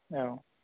औ